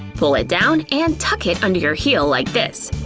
pull it down and tuck it under your heel like this.